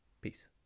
Peace